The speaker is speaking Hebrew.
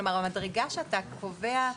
כלומר, המדרגה שאתה קובע,